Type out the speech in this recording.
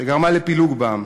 שגרמה לפילוג בעם